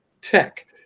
tech